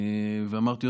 אמרתי,